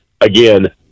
Again